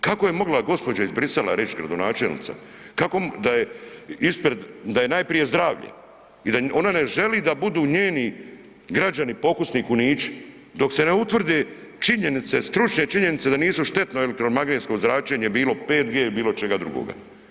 Kako je mogla gospođa iz Buruxellesa reći, gradonačelnica, kako je, da je ispred, da je najprije zdravlje i da ona ne želi da budu njeni građani pokusni kunići dok se ne utvrde činjenice, stručne činjenice da nisu štetno elektromagnetno zračenje bilo 5G bilo čega drugoga.